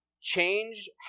change